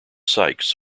sykes